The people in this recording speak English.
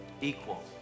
equal